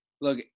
look